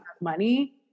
money